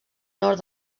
nord